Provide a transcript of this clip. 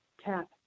tap